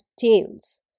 tails –